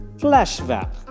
flashback